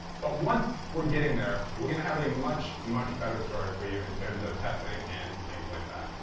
but once we're getting there, we're going to have a much, much better story for you in terms of testing and things like that.